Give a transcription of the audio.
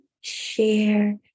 share